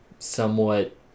somewhat